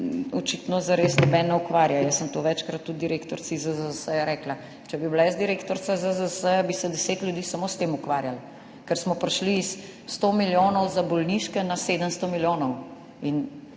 očitno zares nihče ne ukvarja. Jaz sem to večkrat tudi direktorici ZZZS rekla, če bi bila jaz direktorica ZZZS, bi se 10 ljudi samo s tem ukvarjalo, ker smo prišli s 100 milijonov za bolniške na 700 milijonov.